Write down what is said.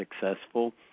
successful